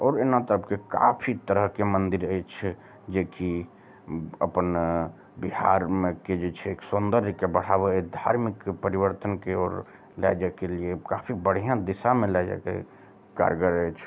आओर एना तबके काफी तरहके मन्दिर अछि जेकि अपन बिहारमे के जे छै एक सौन्दर्यके बढ़ावैत धार्मिक परिवर्तनके ओर लए जाएके लिये काफी बढ़िऑं दिशा मे लए जए के कारगर अइछ